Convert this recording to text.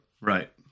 Right